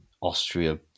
Austria